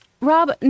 Rob